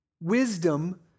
wisdom